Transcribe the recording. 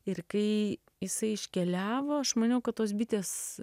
ir kai jisai iškeliavo aš maniau kad tos bitės